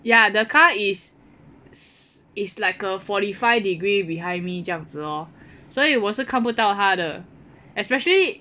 ya ya the car is is is like a forty five degree behind me 这样子 lor 所以我是看不到它的 especially